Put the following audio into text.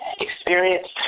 experienced